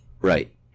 Right